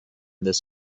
this